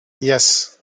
yes